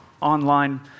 online